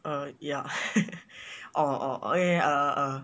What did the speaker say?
uh ya or or oh ya ya okay uh